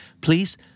Please